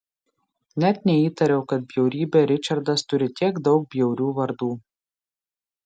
net neįtariau kad bjaurybė ričardas turi tiek daug bjaurių vardų